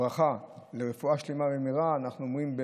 ברכה לרפואה שלמה במהרה, אנחנו אומרים: